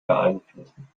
beeinflussen